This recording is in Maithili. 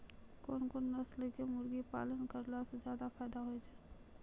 कोन कोन नस्ल के मुर्गी पालन करला से ज्यादा फायदा होय छै?